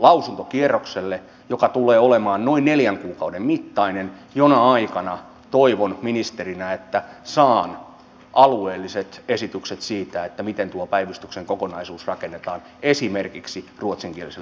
lausuntokierrokselle joka tulee olemaan noin neljän kuukauden mittainen jona aikana toivon ministerinä että saan alueelliset esitykset siitä miten tuo päivystyksen kokonaisuus rakennetaan esimerkiksi ruotsinkielisellä pohjanmaalla